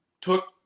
took